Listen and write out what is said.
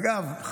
אגב,